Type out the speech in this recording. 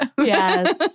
Yes